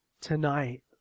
Tonight